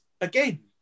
again